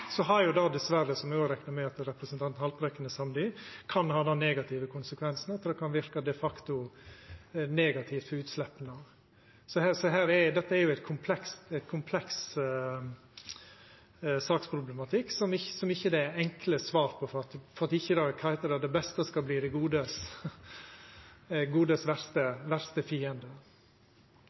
Så kan det diverre, som eg reknar med at representanten Haltbrekken er samd i, ha den negative konsekvensen at det de facto kan verka negativt for utsleppa. Dette er ein kompleks saksproblematikk som det ikkje er enkle svar på – for at ikkje det beste skal verta det godes verste